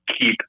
keep